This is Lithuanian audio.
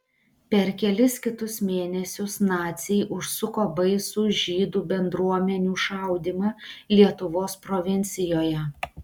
per kelis kitus mėnesius naciai užsuko baisų žydų bendruomenių šaudymą lietuvos provincijoje